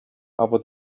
από